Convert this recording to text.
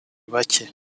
bacye